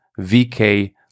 VK